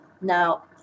Now